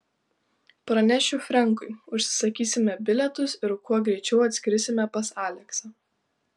pranešiu frenkui užsisakysime bilietus ir kuo greičiau atskrisime pas aleksą